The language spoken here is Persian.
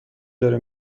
داره